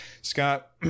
scott